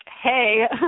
hey